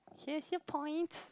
here's your point